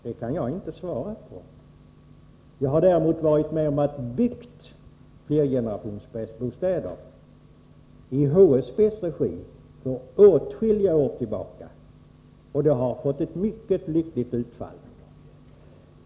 Det kan jag inte svara på. Jag har däremot varit med om att bygga flergenerationsbostäder i HSB:s regi för åtskilliga år sedan, och det har fått ett mycket lyckligt utfall.